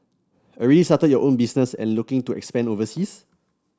already started your own business and looking to expand overseas